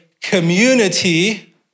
community